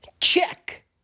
Check